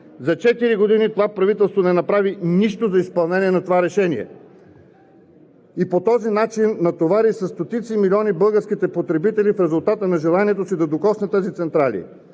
години това правителство не направи нищо за изпълнение на това решение и по този начин натовари със стотици милиони българските потребители в резултат на нежеланието си да докосне тези централи.